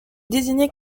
désignée